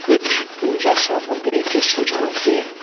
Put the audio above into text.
कुछ पूजा सामग्री के सुझाव दें